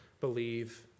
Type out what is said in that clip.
believe